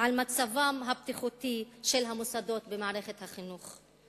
על מצבם הבטיחותי של המוסדות במערכת החינוך.